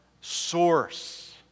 source